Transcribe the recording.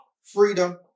freedom